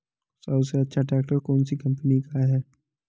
सबसे अच्छा ट्रैक्टर कौन सी कम्पनी का है?